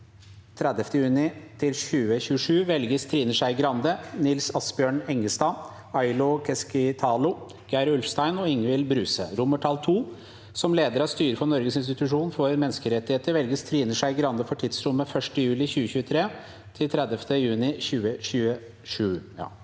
30. juni 2027 velges Trine Skei Grande, Nils Asbjørn Engstad, Aili Keskitalo, Geir Ulfstein og Ingvild Bruce. II Som leder av styret for Norges institusjon for menneskerettigheter velges Trine Skei Grande for tidsrommet 1. juli 2023–30. juni 2027.